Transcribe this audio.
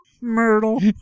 Myrtle